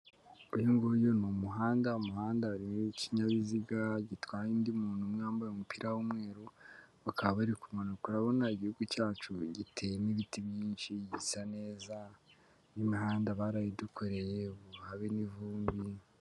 Uyu nguyu ni umuhanda, umuhanda urimo ikinyabiziga gitwaye undi muntu umwe wambaye umupira w'umweru, bakaba bari kumanuka. Urabona igihugu cyacu giteye n'ibiti byinshi, gisa neza n'imihanda barayidukoreye habe n'ivumbi.